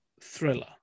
thriller